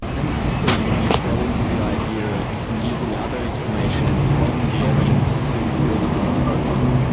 and is this where you you fell into the idea of using other information from the evidence to build a profile?